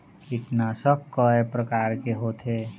कीटनाशक कय प्रकार के होथे?